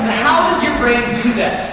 how does your brain do that?